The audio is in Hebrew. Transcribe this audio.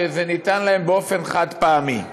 שזה ניתן להם באופן חד-פעמי.